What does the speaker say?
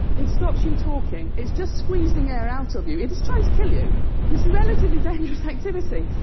it stops you talking. it's just squeezing air out so of you. it is trying to kill you. it's a relatively dangerous activity,